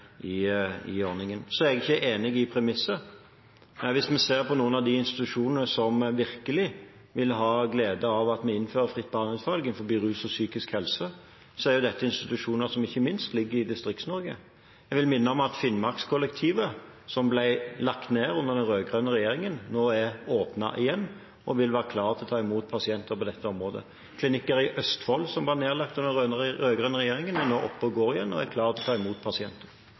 ordningen. Så er jeg ikke enig i premisset. Hvis vi ser på noen av de institusjonene som virkelig vil ha glede av at vi innfører fritt behandlingsvalg innenfor rus og psykisk helse, er dette institusjoner som ikke minst ligger i Distrikts-Norge. Jeg vil minne om at Finnmarkskollektivet, som ble lagt ned under den rød-grønne regjeringen, nå er åpnet igjen og vil være klar til å ta imot pasienter på dette området. Klinikker i Østfold som ble nedlagt under den rød-grønne regjeringen, er nå oppe og går igjen og er klar til å ta imot pasienter.